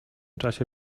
czasie